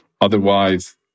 Otherwise